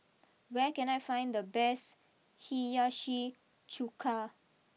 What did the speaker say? where can I find the best Hiyashi Chuka